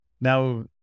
Now